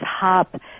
top